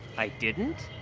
i didn't?